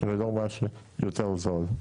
ולא לפי מה שיותר זול.